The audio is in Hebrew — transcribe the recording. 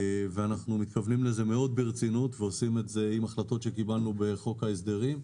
אנחנו מתכוונים לזה מאוד ברצינות בהחלטות שקיבלנו בחוק ההסדרים.